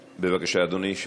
בבקשה, אדוני.